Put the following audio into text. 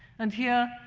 and here,